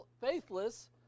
faithless